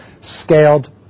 scaled